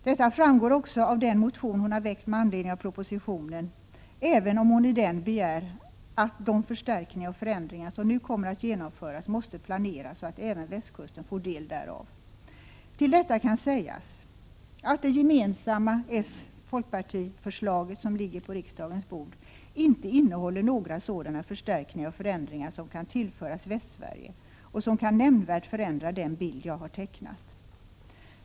Detta framgår också av den motion som Kerstin Ekman väckt med anledning av propositionen, även om hon i den begär att ”de förstärkningar och förändringar som nu kommer att genomföras måste planeras så att även västkusten får del därav”. Till detta kan sägas att det gemensamma förslag från socialdemokraterna och folkpartiet som ligger på riksdagens bord inte innehåller några sådana förstärkningar och förändringar som kan tillföras Västsverige och som kan nämnvärt förändra den bild jag har tecknat.